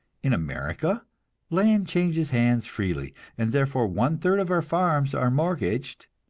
in america land changes hands freely, and therefore one-third of our farms are mortgaged,